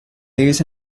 lives